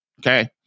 Okay